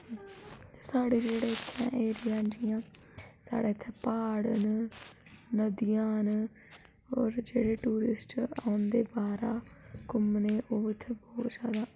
साढ़े इत्थै जेहडे़ ऐरिया ना जियां साढ़े इत्थै प्हाड़ ना नदियां ना और जेहडे़ टूरिस्ट औंदे बाहरा घूमने गी ओह्बी इत्थै बहुत ज्यादा